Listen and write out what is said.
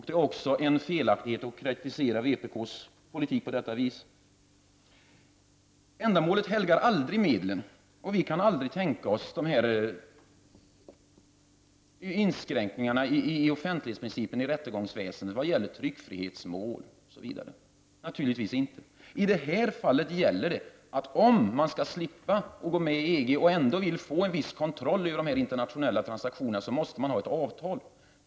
Det är också fel att kritisera vpk:s politik på detta sätt. Ändamålet helgar aldrig medlen. Vi kan aldrig tänka oss dessa inskränkningar i offentlighetsprincipen inom rättegångsväsendet vad gäller tryckfrihetsmål. Om vi skall slippa att gå med i EG och ändå få en viss kontroll över dessa internationella transaktioner, då måste vi träffa ett avtal därom.